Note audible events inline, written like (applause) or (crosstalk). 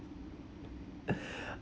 (laughs)